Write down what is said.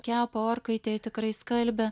kepa orkaitėje tikrai skalbia